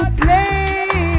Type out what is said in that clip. play